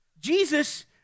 Jesus